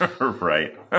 Right